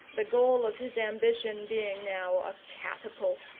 the goal of his ambition being now a catapult,